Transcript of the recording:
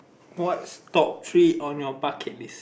what's top three on your bucket list